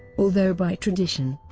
although by tradition,